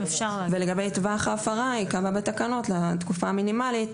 ולגבי טווח ההפרה ייקבע בתקנות לתקופה המינימלית